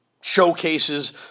showcases